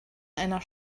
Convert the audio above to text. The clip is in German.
einer